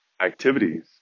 activities